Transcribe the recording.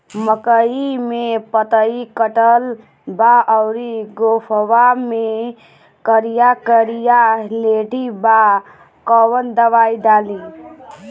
मकई में पतयी कटल बा अउरी गोफवा मैं करिया करिया लेढ़ी बा कवन दवाई डाली?